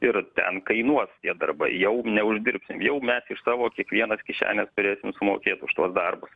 ir ten kainuos tie darbai jau neuždirbsim jau mes iš savo kiekvienas kišenės turėsim sumokėt už tuos darbus